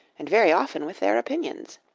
and very often with their opinions.